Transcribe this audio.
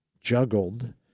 juggled